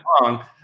long